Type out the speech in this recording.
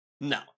No